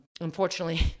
Unfortunately